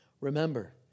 Remember